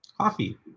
coffee